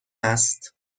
است